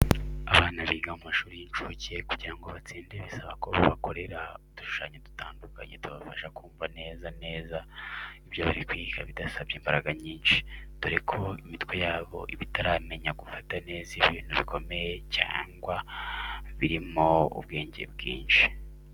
Abana biga mu mashuri y'incuke kugira ngo batsinde bisaba ko babakorera udushushanyo dutandukanye tubafasha kumva neza neza ibyo bari kwiga bidasabye imbaraga nyinshi, dore ko imitwe yabo iba itaramenya gufata neza ibintu bikomeye cyane cyangwa birimo ubwenge bwinshi.